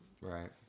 right